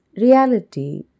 reality